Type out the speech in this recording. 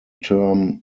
term